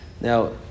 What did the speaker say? Now